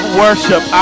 worship